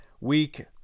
week